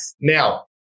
Now